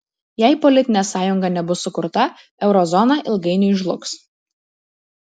jei politinė sąjunga nebus sukurta euro zona ilgainiui žlugs